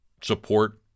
support